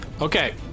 Okay